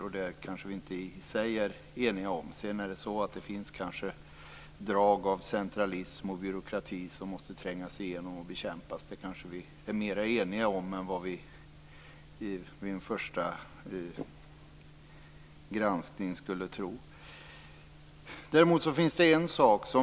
Vilka de skall vara är vi kanske inte eniga om i sak. Men det finns kanske drag av centralism och byråkrati som måste trängas igenom och bekämpas. Det kanske vi är mer eniga om än vi vid en första granskning skulle tro.